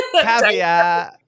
Caveat